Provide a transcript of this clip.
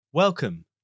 Welcome